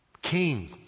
King